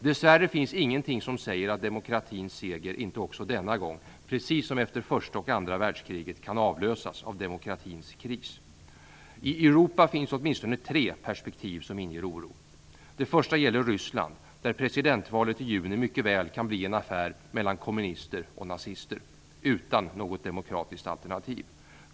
Dessvärre finns det ingenting som säger att demokratins seger inte också denna gång, precis som efter första och andra världskriget, kan avlösas av demokratins kris. I Europa finns åtminstone tre perspektiv som inger oro. Det första gäller Ryssland, där presidentvalet i juni mycket väl kan bli en affär mellan kommunister och nazister utan något demokratiskt alternativ.